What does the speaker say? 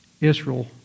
Israel